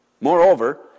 Moreover